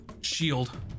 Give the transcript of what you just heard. shield